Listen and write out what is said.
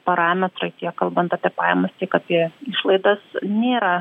parametrai tiek kalbant apie pajamas tiek apie išlaidas nėra